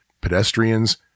Pedestrians